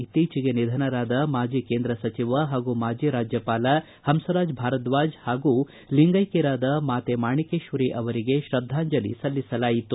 ಇತ್ತೀಚೆಗೆ ನಿಧನರಾದ ಮಾಜಿ ಕೇಂದ್ರ ಸಚಿವ ಹಾಗೂ ಮಾಜಿ ರಾಜ್ಯಪಾಲ ಹಂಸರಾಜ ಭಾರದ್ವಾಜ್ ಹಾಗೂ ಲಿಂಗೈಕ್ವರಾದ ಮಾತೆ ಮಾಣಿಕೇಶ್ವರಿ ಅವರಿಗೆ ತ್ರದ್ದಾಂಜಲಿ ಸಲ್ಲಿಸಲಾಯಿತು